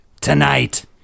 Tonight